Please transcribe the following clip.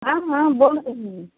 हाँ हाँ बोल रही हूँ